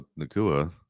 Nakua